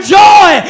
joy